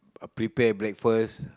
uh prepare breakfast